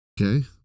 Okay